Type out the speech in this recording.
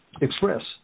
express